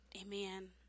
Amen